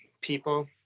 people